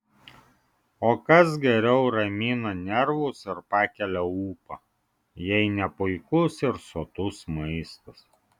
o kas geriau ramina nervus ir pakelia ūpą jei ne puikus ir sotus maistas